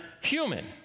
human